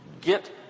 get